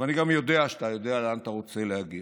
ואני גם יודע שאתה יודע לאן אתה רוצה להגיע.